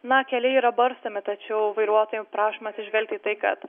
na keliai yra barstomi tačiau vairuotojų prašoma atsižvelgti į tai kad